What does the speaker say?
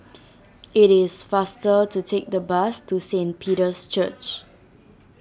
it is faster to take the bus to Saint Peter's Church